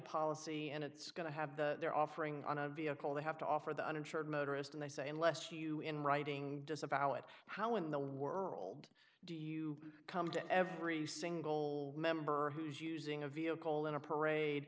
policy and it's going to have the they're offering on a vehicle they have to offer the uninsured motorist and they say unless you in writing disavow it how in the world do you come to every single member who's using a vehicle in a parade